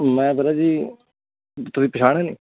ਮੈਂ ਵੀਰਾਂ ਜੀ ਤੁਸੀਂ ਪਛਾਣਿਆ ਨਹੀਂ